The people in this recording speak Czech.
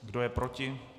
Kdo je proti?